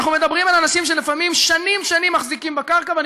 אנחנו מדברים על אנשים שלפעמים שנים שנים מחזיקים בקרקע.